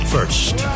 First